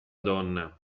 donna